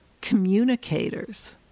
communicators